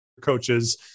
coaches